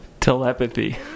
Telepathy